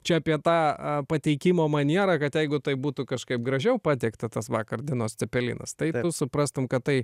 čia apie tą a pateikimo manierą kad jeigu tai būtų kažkaip gražiau pateikta tas vakar dienos cepelinas tai suprastum kad tai